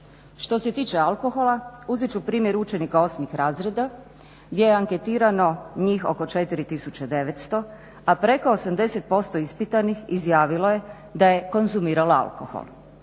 Što se tiče alkohola, uzet ću primjer učenika osmih razreda gdje je anketirano njih oko 4900, a preko 80% ispitanih izjavilo je da je konzumiralo alkohol.